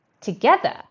Together